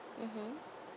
mmhmm